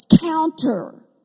counter